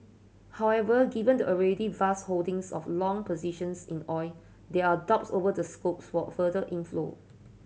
however given the already vast holdings of long positions in oil there are doubts over the scopes for further inflow